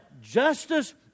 justice